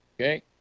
Okay